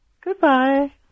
Goodbye